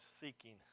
seeking